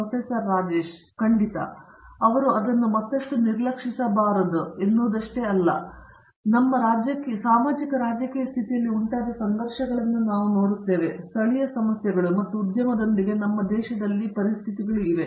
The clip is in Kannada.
ಪ್ರೊಫೆಸರ್ ರಾಜೇಶ್ ಕುಮಾರ್ ಖಂಡಿತ ಅವರು ಅದನ್ನು ಮತ್ತಷ್ಟು ನಿರ್ಲಕ್ಷಿಸಬಾರದು ಎನ್ನುವುದಷ್ಟೇ ಅಲ್ಲದೇ ನಮ್ಮ ಸಾಮಾಜಿಕ ರಾಜಕೀಯ ಸ್ಥಿತಿಯಲ್ಲಿ ಉಂಟಾದ ಸಂಘರ್ಷಗಳನ್ನು ನಾವು ನೋಡುತ್ತೇವೆ ಸ್ಥಳೀಯ ಸಮಸ್ಯೆಗಳು ಮತ್ತು ಉದ್ಯಮದೊಂದಿಗೆ ನಮ್ಮ ದೇಶದಲ್ಲಿ ಈ ಪರಿಸ್ಥಿತಿಗಳು ಇವೆ